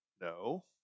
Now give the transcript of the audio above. No